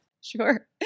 Sure